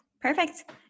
Perfect